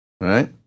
Right